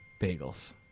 bagels